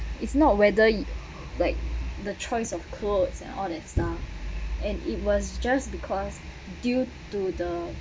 it's not whether you like the choice of clothes and all that stuff and it was just because due to the